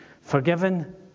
Forgiven